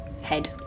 head